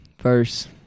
verse